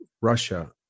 Russia